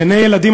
גני-ילדים,